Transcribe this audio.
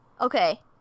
Okay